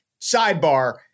sidebar